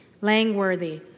Langworthy